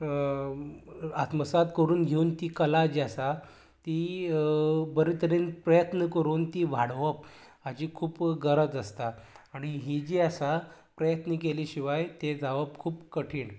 आत्मसाद करून घेवन ती कला जी आसा ती बरें तरेन प्रयत्न करुन ती वाडोवप हाजी खूब गरज आसता आनी ही जी आसा प्रयत्न केली शिवाय ते जावप खूब कठीण